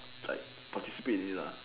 like participate in it lah